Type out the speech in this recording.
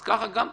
אז ככה גם פה.